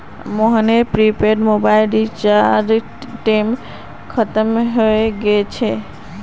मोहनेर prepaid mobile रीचार्जेर टेम खत्म हय गेल छे